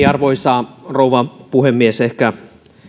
arvoisa rouva puhemies ehkä